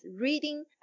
reading